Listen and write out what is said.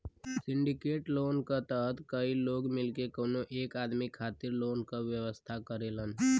syndicate loan क तहत कई लोग मिलके कउनो एक आदमी खातिर लोन क व्यवस्था करेलन